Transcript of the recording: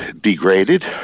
degraded